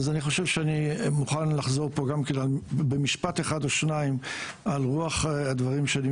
אני חושב שאני מוכן לחזור פה גם במשפט או שניים על רוח הדברים שאני